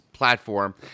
Platform